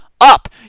up